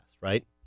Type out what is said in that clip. right